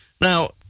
Now